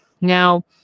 Now